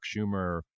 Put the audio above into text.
schumer